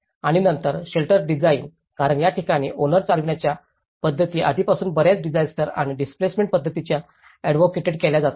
आणि नंतर shelter design कारण या ठिकाणी ओनर चालवण्याच्या पद्धती आधीपासूनच बर्याच डिसास्टर आणि डिस्प्लेसमेंट पद्धतींमध्ये अडव्होकेटेड केली जातात